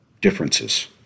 differences